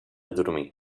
dormir